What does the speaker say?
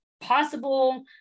possible